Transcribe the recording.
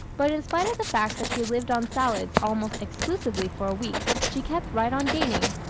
but in spite of the fact that she lived on salads almost exclusively for a week she kept right on gaining.